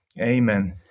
Amen